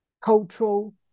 cultural